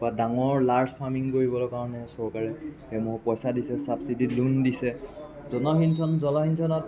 বা ডাঙৰ large farming কৰিবৰ কাৰণে চৰকাৰে সেইসমূহ পইচা দিছে চাবচিটিত লোন দিছে জলসিঞ্চন জলসিঞ্চনত